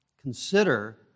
Consider